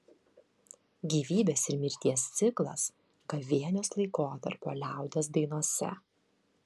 gyvybės ir mirties ciklas gavėnios laikotarpio liaudies dainose